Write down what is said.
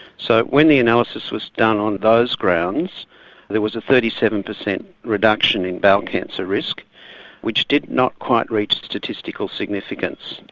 so when the analysis was done on those grounds there was a thirty seven percent reduction in bowel cancer risk which did not quite reach statistical significance.